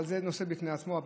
אבל זה נושא בפני עצמו.